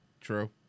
True